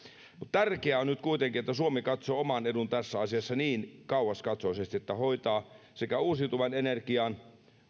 tärkeää on nyt kuitenkin että suomi katsoo oman edun tässä asiassa niin kauaskantoisesti että hoitaa sekä uusiutuvan energian